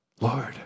Lord